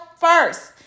first